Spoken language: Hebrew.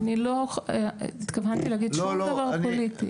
אני לא התכוונתי להגיד שום דבר פוליטי.